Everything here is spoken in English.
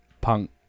punk